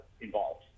involved